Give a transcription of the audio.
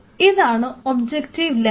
ഇതാണ് objective lens